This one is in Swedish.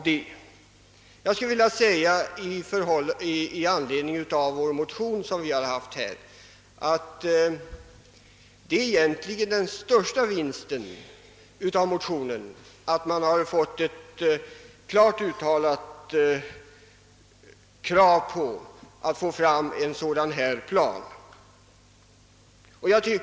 Den största vinsten med den motion som vi har väckt anser jag är att man fått ett klart uttalat krav på en sådan plan.